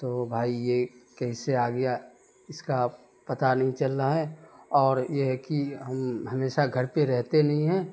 تو بھائی یہ کیسے آ گیا اس کا پتہ نہیں چل رہا ہے اور یہ کہ ہم ہمیشہ گھر پہ رہتے نہیں ہیں